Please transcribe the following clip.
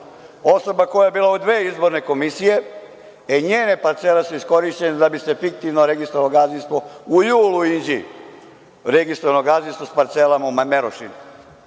osoba koja je bila u dve izborne komisije. E, njene parcele su iskorišćene da bi se fiktivno registrovalo gazdinstvo u julu u Inđiji, registrovano gazdinstvo sa parcelama u Merošini,